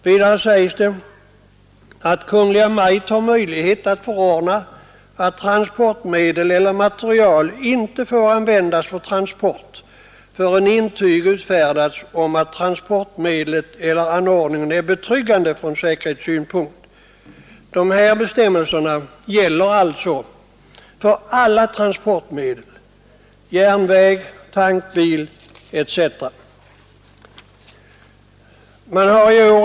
Vidare sägs det att Kungl. Maj:t har möjlighet att förordna att transportmedel eller material inte får användas för transport förrän intyg utfärdats om att transportmedlet eller anordningen är betryggande från säkerhetssynpunkt. De här bestämmelserna gäller alltså för alla transportmedel: järnväg, tankbil etc.